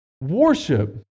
worship